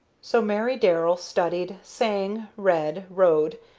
so mary darrell studied, sang, read, rode,